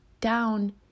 down